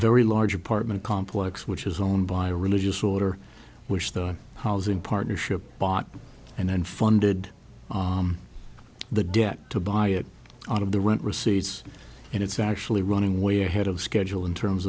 very large apartment complex which is owned by a religious order which the housing partnership bought and then funded the debt to buy it out of the rent receipts and it's actually running way ahead of schedule in terms